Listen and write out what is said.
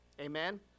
amen